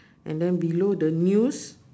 and then below the news